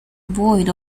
buoyed